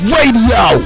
Radio